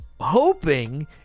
hoping